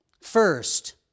First